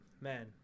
man